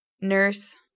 Nurse